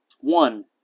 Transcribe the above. one